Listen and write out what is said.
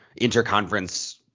interconference